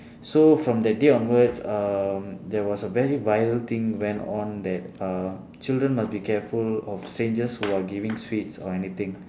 so from that day onwards um there was a very viral thing went on that uh children must be careful of strangers who are giving sweets or anything